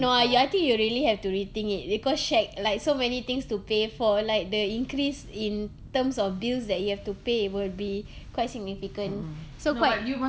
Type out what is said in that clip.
no I y~ I think you really have to rethink it because shag like so many things to pay for like the increase in terms of bills that you have to pay will be quite significant so quite